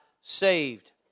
saved